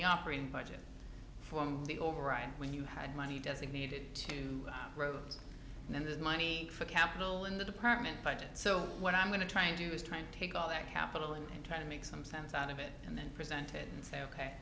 the operating budget for the overwrite when you had money designated to rose and then there's money for capital in the department budget so what i'm going to try and do is try and take all that capital and try to make some sense out of it and then present it and say ok